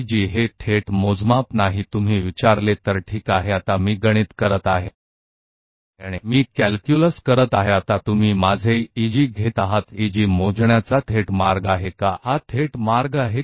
EEG अब प्रत्यक्ष उपाय नहीं है यदि आप पूछते हैं कि ठीक है अब मैं गणित कर रहा हूं और मैं कैलकुलस कर रहा हूं अबआप मेरा ईईजी ले रहे हैं ईईजी नापने का सीधा तरीका है या यह प्रत्यक्ष तरीका है